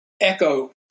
echo